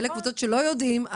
אלה קבוצות שלא יודעים,